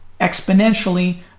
exponentially